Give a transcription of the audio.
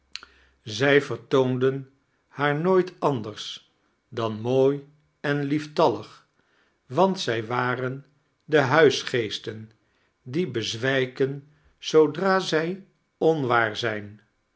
zij vertoonden haar nooit anders dan mooi en lieftallig want zij waren de huisgeesten die bezwijken zoodra zij onwaar zijn